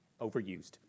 Overused